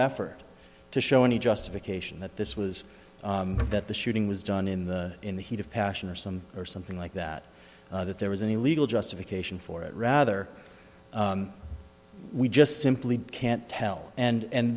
effort to show any justification that this was that the shooting was done in the in the heat of passion or some or something like that that there was any legal justification for it rather we just simply can't tell and